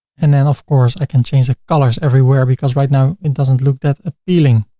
and then of course, i can change the colors everywhere because right now, it doesn't look that appealing.